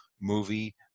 movie